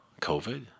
COVID